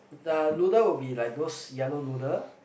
the noodle will be like those yellow noodle